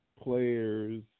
players